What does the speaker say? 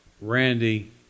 Randy